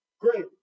Great